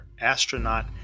astronaut